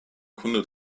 kunde